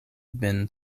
bin